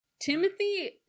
Timothy